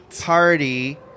party